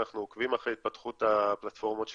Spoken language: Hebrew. ואנחנו עוקבים אחר ההתפתחות הפלטפורמות שלהן.